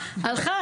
הלכה,